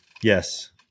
Yes